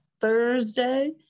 Thursday